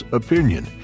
opinion